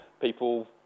people